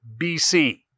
BC